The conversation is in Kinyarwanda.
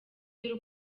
y’u